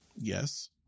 Yes